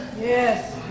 Yes